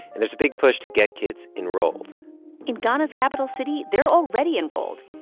and there's a big push to get kids enrolled in ghana's capital city, they're already enrolled.